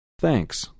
Thanks